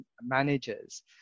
managers